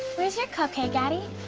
where's your cupcake, addie?